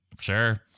Sure